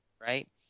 right